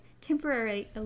temporarily